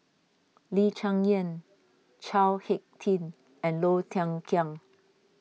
Lee Cheng Yan Chao Hick Tin and Low Thia Khiang